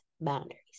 boundaries